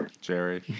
Jerry